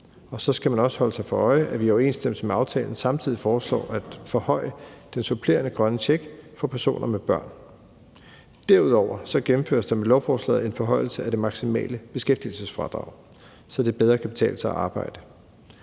Og så skal man også holde sig for øje, at vi i overensstemmelse med aftalen samtidig foreslår at forhøje den supplerende grønne check for personer med børn. Derudover gennemføres der med lovforslaget en forhøjelse af det maksimale beskæftigelsesfradrag, så det bedre kan betale sig at arbejde.